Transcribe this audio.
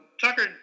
Tucker